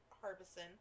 Harbison